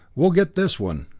we'll get this one!